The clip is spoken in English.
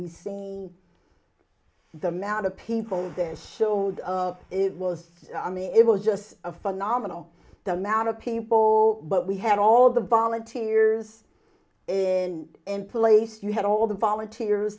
we see the amount of people that showed up it was it was just a phenomenal amount of people but we had all the volunteers in any place you had all the volunteers